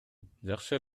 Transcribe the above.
жакшы